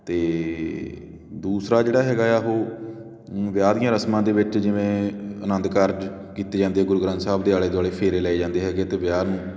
ਅਤੇ ਦੂਸਰਾ ਜਿਹੜਾ ਹੈਗਾ ਆ ਉਹ ਵਿਆਹ ਦੀਆਂ ਰਸਮਾਂ ਦੇ ਵਿੱਚ ਜਿਵੇਂ ਆਨੰਦ ਕਾਰਜ ਕੀਤੇ ਜਾਂਦੇ ਆ ਗੁਰੂ ਗ੍ਰੰਥ ਸਾਹਿਬ ਦੇ ਆਲੇ ਦੁਆਲੇ ਫੇਰੇ ਲਏ ਜਾਂਦੇ ਹੈਗੇ ਅਤੇ ਵਿਆਹ ਨੂੰ